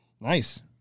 Nice